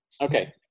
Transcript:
Okay